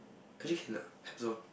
actually can lah